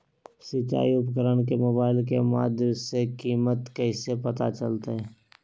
सिंचाई उपकरण के मोबाइल के माध्यम से कीमत कैसे पता चलतय?